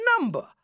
number